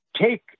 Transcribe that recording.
take